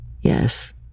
Yes